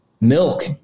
milk